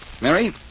Mary